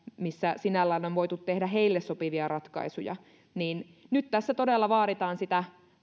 missä sinällään on voitu tehdä heille sopivia ratkaisuja nyt tässä todella vaaditaan sitä